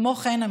כמו כן,